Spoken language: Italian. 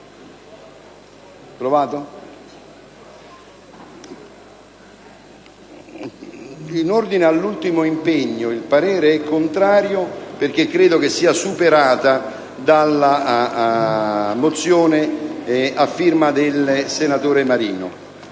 In ordine all'ultimo impegno, il parere è contrario, perché credo che sia superato dalla proposta di risoluzione a firma del senatore Marino.